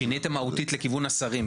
שיניתם מהותית לכיוון השרים.